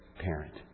parent